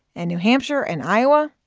and new hampshire and iowa,